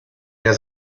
der